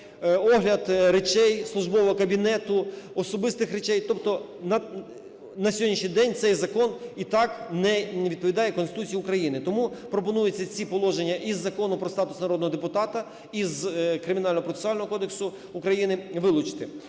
огляд речей, службового кабінету, особистих речей. Тобто на сьогоднішній день цей закон і так не відповідає Конституції України, тому пропонується ці положення із Закону про статус народного депутата, із Кримінально-процесуального кодексу України вилучити.